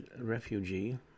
refugee